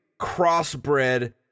crossbred